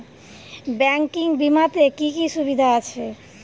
Banking বিমাতে কি কি সুবিধা আছে?